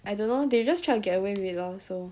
I don't know they just try to get away with it lah so